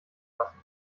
lassen